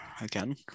again